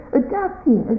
adapting